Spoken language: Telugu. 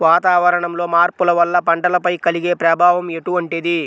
వాతావరణంలో మార్పుల వల్ల పంటలపై కలిగే ప్రభావం ఎటువంటిది?